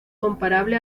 comparable